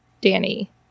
Danny